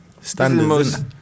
standards